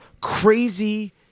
crazy